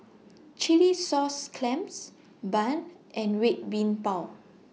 Chilli Sauce Clams Bun and Red Bean Bao